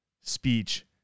speech